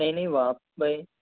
नहीं नहीं वहाँ पे